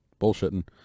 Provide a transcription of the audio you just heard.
bullshitting